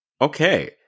Okay